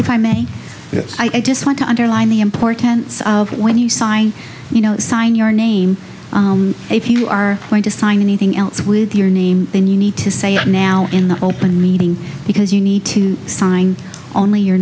if i may yes i just want to underline the importance of when you sign you know sign your name if you are going to sign anything else with your name then you need to say i'm now in the open meeting because you need to sign only your